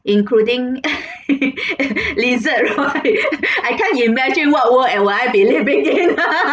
including lizard right I can't imagine what world and would I be live within